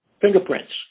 fingerprints